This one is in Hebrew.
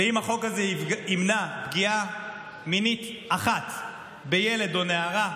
ואם החוק הזה ימנע פגיעה מינית אחת בילד או בנערה,